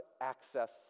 access